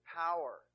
power